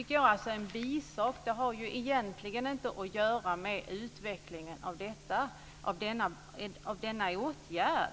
Det har egentligen inte att göra med utvecklingen av denna åtgärd.